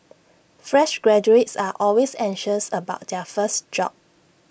fresh graduates are always anxious about their first job